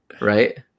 Right